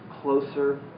closer